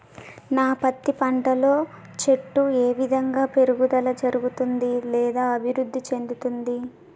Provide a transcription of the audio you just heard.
నా పత్తి పంట లో చెట్టు ఏ విధంగా పెరుగుదల జరుగుతుంది లేదా అభివృద్ధి చెందుతుంది?